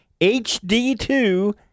HD2